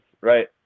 right